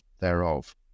thereof